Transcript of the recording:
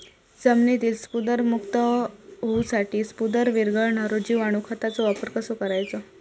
जमिनीतील स्फुदरमुक्त होऊसाठीक स्फुदर वीरघळनारो जिवाणू खताचो वापर कसो करायचो?